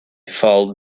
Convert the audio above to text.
fuld